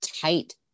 tight